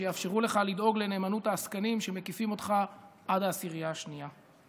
שיאפשרו לך לדאוג לנאמנות העסקנים שמקיפים אותך עד לעשירייה השנייה.